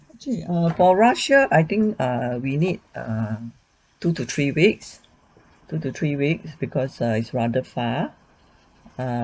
actually err for russia I think err we need err two to three weeks two to three weeks because err it's rather far